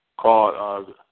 called